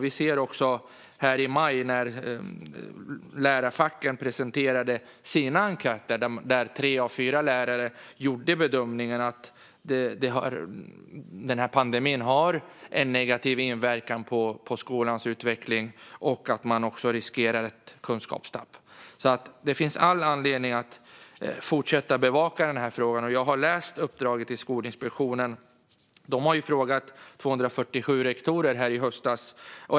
Vi såg i maj när lärarfacken presenterade sina enkäter att tre av fyra lärare gjorde bedömningen att pandemin har en negativ inverkan på skolans utveckling och att man riskerar ett kunskapstapp. Det finns alltså all anledning att fortsätta att bevaka denna fråga. Jag har läst uppdraget till Skolinspektionen, som frågade 247 rektorer i höstas.